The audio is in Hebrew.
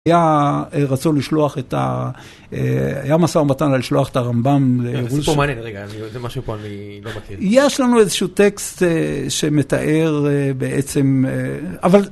היה רצון לשלוח את, היה משא ומתן על לשלוח את הרמב״ם לירושלים. סיפור מעניין רגע, זה משהו פה אני לא מכיר. יש לנו איזשהו טקסט שמתאר בעצם, אבל...